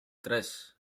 tres